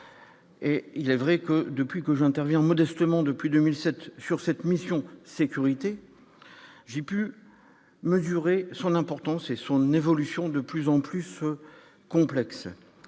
Et il est vrai que depuis que j'interviens modestement depuis 2007 sur cette mission sécurité j'ai pu mesurer son importance et son évolution de plus en plus complexes,